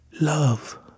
Love